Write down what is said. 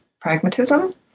pragmatism